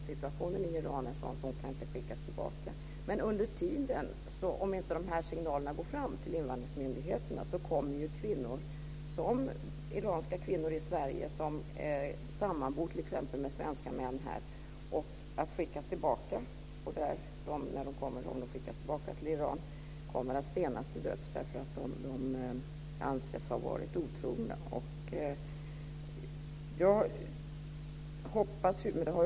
Situationen i Iran är sådan att hon inte kan skickas tillbaka. Men om de här signalerna inte går fram till invandringsmyndigheterna kommer ju t.ex. iranska kvinnor i Sverige som sammanbor med svenska män att skickas tillbaka. Om de skickas tillbaka till Iran kommer de att stenas till döds därför att de anses ha varit otrogna.